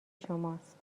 شماست